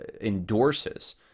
endorses